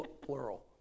Plural